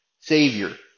Savior